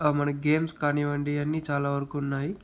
మన గేమ్స్ కానివ్వండి అన్ని చాలా వరకు ఉన్నాయి